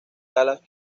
dallas